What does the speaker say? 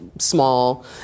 Small